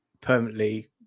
permanently